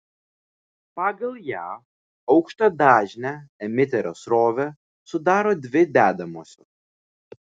pagal ją aukštadažnę emiterio srovę sudaro dvi dedamosios